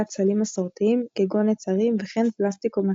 סלים מסורתיים כגון נצרים וכן פלסטיק או מתכת.